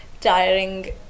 tiring